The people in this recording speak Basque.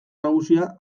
nagusia